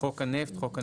"חוק הנפט" חוק הנפט,